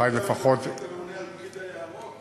חי לפחות, היית ממונה על פקיד היערות.